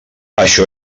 això